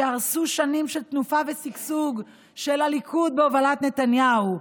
הרסו שנים של תנופה ושגשוג של הליכוד בהובלת נתניהו.